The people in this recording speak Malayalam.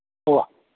ഉവ്വ